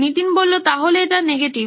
নীতিন তাহলে এটা নেগেটিভ